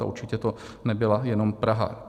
A určitě to nebyla jenom Praha.